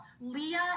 Leah